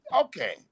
okay